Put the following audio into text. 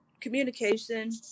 Communication